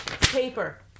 paper